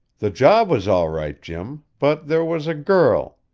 the job was all right, jim. but there was a girl